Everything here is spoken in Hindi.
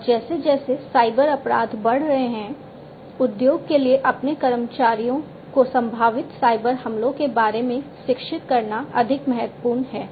और जैसे जैसे साइबर अपराध बढ़ रहे हैं उद्योग के लिए अपने कर्मचारियों को संभावित साइबर हमलों के बारे में शिक्षित करना अधिक महत्वपूर्ण है